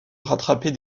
rattraper